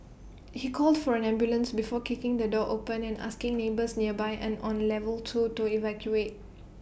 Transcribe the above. he called for an ambulance before kicking the door open and asking neighbours nearby and on level two to evacuate